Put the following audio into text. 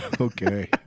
Okay